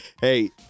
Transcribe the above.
Hey